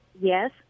yes